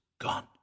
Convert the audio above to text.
gone